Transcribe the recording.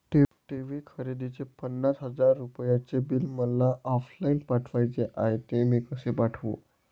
TV खरेदीचे पन्नास हजार रुपयांचे बिल मला ऑफलाईन पाठवायचे आहे, ते मी कसे पाठवू?